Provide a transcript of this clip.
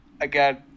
again